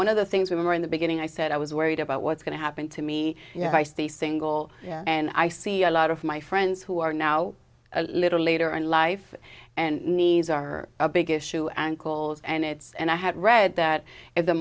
one of the things we were in the beginning i said i was worried about what's going to happen to me you know i stay single and i see a lot of my friends who are now a little later in life and needs are a big issue and goals and it's and i have read that at the